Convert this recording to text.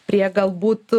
prie galbūt